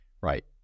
right